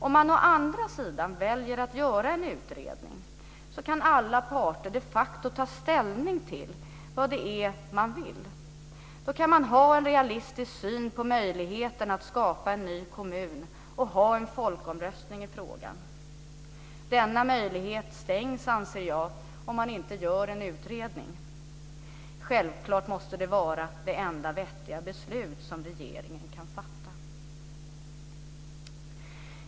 Om man å andra sidan väljer att göra en utredning så kan alla parter de facto ta ställning till vad det är man vill. Då kan man ha en realistisk syn på möjligheten att skapa en ny kommun, och ha en folkomröstning i frågan. Jag anser att denna möjlighet stängs om man inte gör en utredning. Det är självfallet det enda vettiga beslut som regeringen kan fatta.